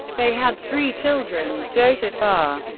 they had three children, joseph r.